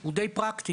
הוא די פרקטי.